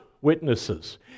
witnesses